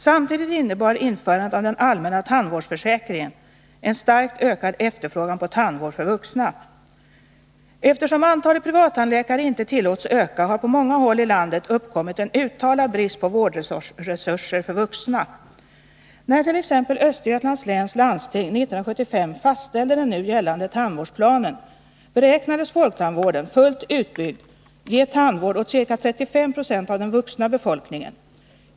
Samtidigt innebar införandet av den allmänna tandvårdsförsäkringen en starkt ökad efterfrågan på tandvård för vuxna. Eftersom antalet privattandläkare inte tillåts öka, har på många håll i landet uppkommit en uttalad brist på vårdresurser för vuxna. När t.ex. Östergötlands läns landsting 1975 fastställde den nu gällande tandvårdsplanen, beräknades folktandvården, fullt utbyggd, ge tandvård åt ca 35 96 av den vuxna befolkningen.